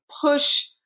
push